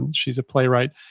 and she's a playwright.